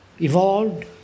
evolved